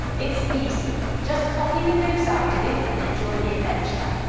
it's easy, just copy the moves i do and enjoy the adventure!